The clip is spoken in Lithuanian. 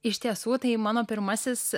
iš tiesų tai mano pirmasis